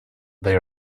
they